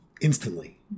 instantly